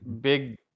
big